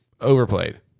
overplayed